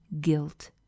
guilt